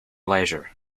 leisure